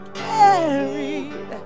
carried